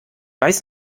weiß